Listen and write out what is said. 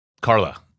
Carla